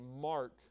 mark